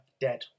dead